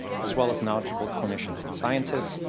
as well as knowledgeable clinicians and scientists,